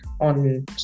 on